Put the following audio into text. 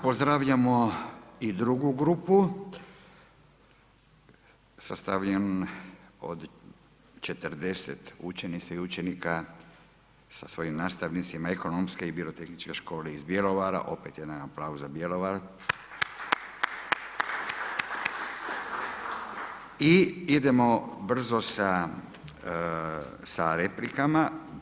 Pozdravljamo i drugu grupu sastavljenu od 40 učenica i učenika sa svojim nastavnicima Ekonomske i birotehničke škole iz Bjelovara, opet jedan aplauz za Bjelovar. I idemo brzo sa replikama.